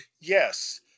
Yes